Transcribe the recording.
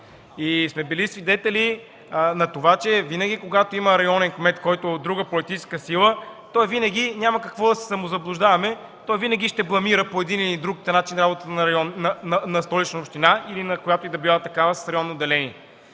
И сме били свидетели на това, че винаги, когато има районен кмет, който е от друга политическа сила, няма какво да се самозаблуждаваме, той винаги ще бламира по един или друг начин работата на Столична община или на която и да било такава с районно деление.